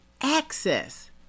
Access